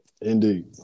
indeed